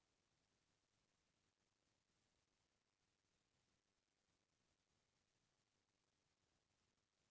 किसान मन ह बने फसल होवय कइके रसायनिक खातू अउ दवइ ल खेत खार म छींचथे